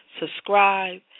subscribe